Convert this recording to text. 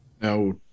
Now